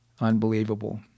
Unbelievable